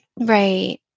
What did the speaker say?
Right